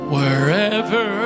Wherever